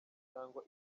cyangwa